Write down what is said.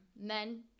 men